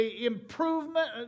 improvement